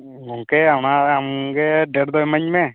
ᱜᱚᱢᱠᱮ ᱚᱱᱟ ᱟᱢ ᱜᱮ ᱰᱷᱮᱨ ᱫᱚ ᱮᱢᱟᱹᱧ ᱢᱮ